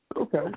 Okay